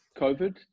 COVID